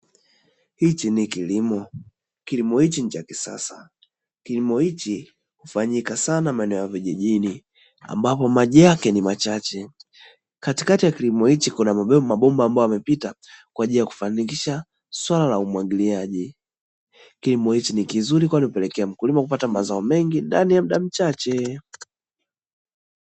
Hichi ni kilimo, kilimo hiki ni cha kisasa, kilimo hiki hufanyika sana maeneo ya vijijini ambapo maji yake ni machache, katikati ya kilimo hiki kuna mabomba ambayo yamepita kufanikisha umwagiliaji, kilimo hiki ni kizuri kwani hupelekea mkulima kupata mazao mengi ndani ya muda mchache.